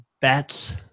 bats